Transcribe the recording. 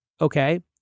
Okay